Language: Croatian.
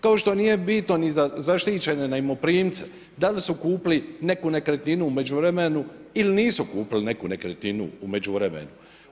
Kao što nije bitno ni za zaštićene najmoprimce da li su kupili neku nekretninu u međuvremenu ili nisu kupili nekretninu u međuvremenu.